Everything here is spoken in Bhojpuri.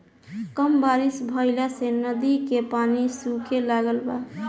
कम बारिश भईला से नदी के पानी सूखे लागल बा